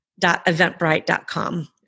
Eventbrite.com